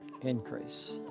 Increase